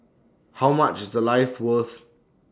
how much is A life worth